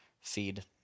feed